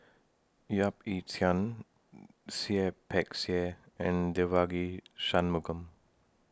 Yap Ee Chian Seah Peck Seah and Devagi Sanmugam